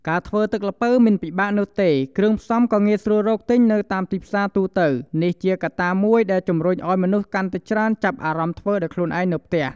ការធ្វើទឹកល្ពៅមិនពិបាកនោះទេ គ្រឿងផ្សំក៏ងាយស្រួលរកទិញនៅតាមទីផ្សារទូទៅ នេះជាកត្តាមួយដែលជំរុញឲ្យមនុស្សកាន់តែច្រើនចាប់អារម្មណ៍ធ្វើដោយខ្លួនឯងនៅផ្ទះ។